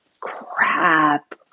crap